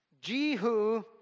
Jehu